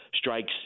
strikes